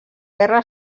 guerra